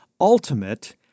ultimate